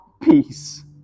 peace